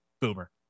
boomer